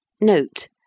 Note